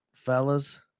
fellas